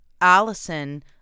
Allison